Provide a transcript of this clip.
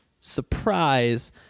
surprise